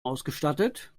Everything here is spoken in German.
ausgestattet